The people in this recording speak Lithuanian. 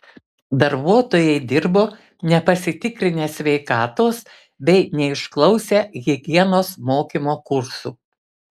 darbuotojai dirbo nepasitikrinę sveikatos bei neišklausę higienos mokymo kursų